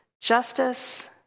justice